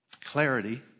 clarity